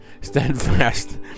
steadfast